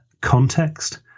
context